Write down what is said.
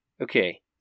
Okay